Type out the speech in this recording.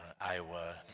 Iowa